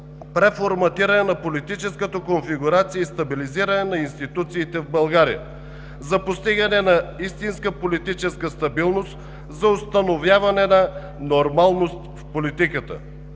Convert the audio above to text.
преформатиране на политическата конфигурация и стабилизиране на институциите в България за постигане на истинска политическа стабилност, за установяване на нормалност в политиката.